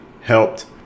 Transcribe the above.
helped